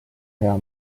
hea